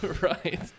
Right